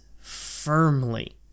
firmly